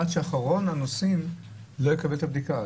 עד שאחרון הנוסעים לא יקבל את הבדיקה.